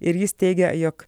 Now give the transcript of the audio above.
ir jis teigia jog